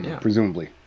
presumably